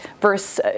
versus